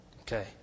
Okay